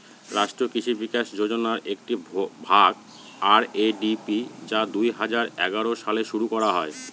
রাষ্ট্রীয় কৃষি বিকাশ যোজনার একটি ভাগ আর.এ.ডি.পি যা দুই হাজার এগারো সালে শুরু করা হয়